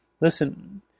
Listen